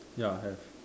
ya have